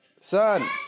Son